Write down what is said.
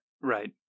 Right